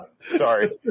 Sorry